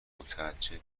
متعجب